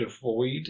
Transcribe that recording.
avoid